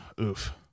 oof